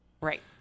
Right